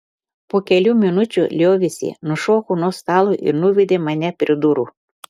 po kelių minučių liovėsi nušoko nuo stalo ir nuvedė mane prie durų